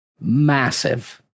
massive